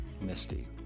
Misty